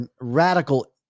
radical